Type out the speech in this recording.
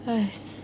!hais!